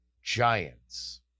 Giants